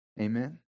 Amen